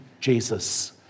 Jesus